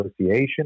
association